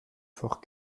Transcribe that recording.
fort